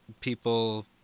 people